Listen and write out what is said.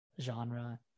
genre